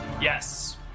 Yes